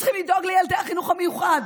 וצריכים לדאוג לילדי החינוך המיוחד.